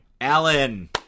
Alan